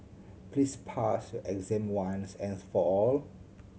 please pass your exam once and for all